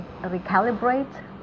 Recalibrate